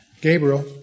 Gabriel